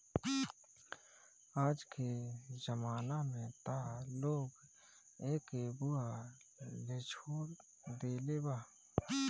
आजके जमाना में त लोग एके बोअ लेछोड़ देले बा